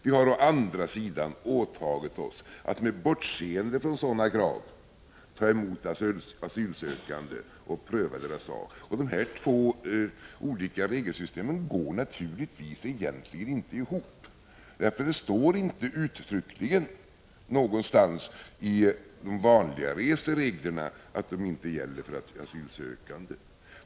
Vi har å andra sidan åtagit oss att med bortseende från sådana krav ta emot asylsökande och pröva deras sak. Dessa två olika regelsystem går naturligtvis egentligen inte ihop — det sägs inte uttryckligen någonstans i de vanliga resereglerna att de inte gäller för asylsökande.